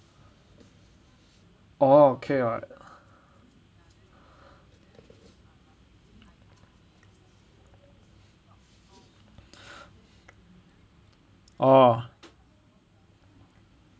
oh okay [what] oh